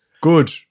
Good